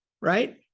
right